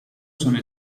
sono